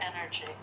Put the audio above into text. energy